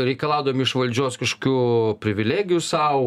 reikalaudami iš valdžios kažkokių privilegijų sau